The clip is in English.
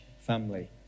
family